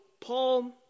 Paul